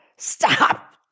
stop